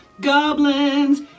goblins